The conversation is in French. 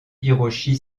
hiroshi